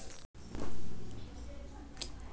బంగాళాదుంపని ఉత్తరాదిలో శీతాకాలపు పంటగా పండిస్తారు